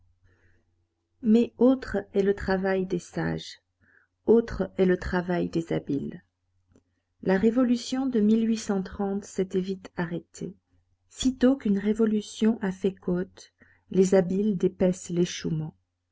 mais autre est le travail des sages autre est le travail des habiles la révolution de s'était vite arrêtée sitôt qu'une révolution a fait côte les habiles dépècent l'échouement